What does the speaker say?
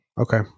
Okay